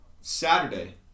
Saturday